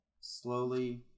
slowly